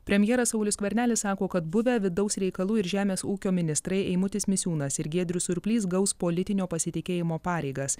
premjeras saulius skvernelis sako kad buvę vidaus reikalų ir žemės ūkio ministrai eimutis misiūnas ir giedrius surplys gaus politinio pasitikėjimo pareigas